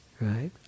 Right